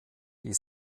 die